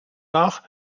nach